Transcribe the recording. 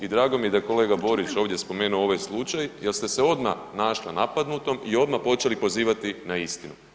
I drago mi je da je kolega Borić ovdje spomenuo ovaj slučaj jer ste se odmah našla napadnutom i odmah počeli pozivati na istinu.